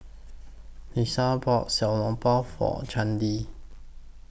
Iesha bought Xiao Long Bao For Cyndi